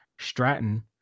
stratton